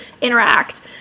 interact